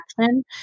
action